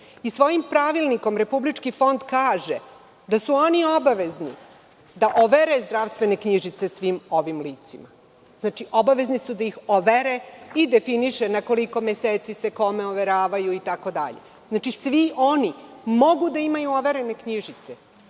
Svojim pravilnikom Republički fond kaže da su oni obavezni da overe zdravstvene knjižice svim ovim licima. Znači, obavezni su da ih overe i definiše na koliko meseci se kome overavaju itd. Znači, svi oni mogu da imaju overene knjižice.